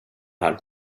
här